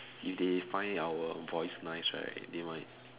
if they find our voice nice right they might